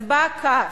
אז בא הכעס